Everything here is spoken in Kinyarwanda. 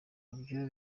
ivyo